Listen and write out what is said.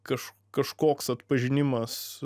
kaž kažkoks atpažinimas